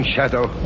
Shadow